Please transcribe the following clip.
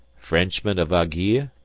frenchman of anguille.